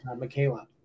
Michaela